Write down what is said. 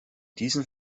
diesen